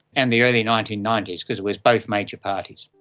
and the early nineteen ninety s, because it was both major parties.